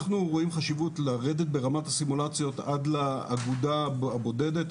אנחנו רואים חשיבות לרדת ברמת הסימולציות עד לאגודה הבודדת,